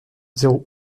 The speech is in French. zéro